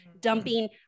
dumping